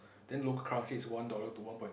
then local currency is one dollar to one point